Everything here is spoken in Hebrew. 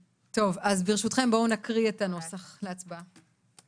טוב, אז ברשותכם, בואו נקריא את הנוסח להצבעה.